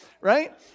Right